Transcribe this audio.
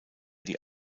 die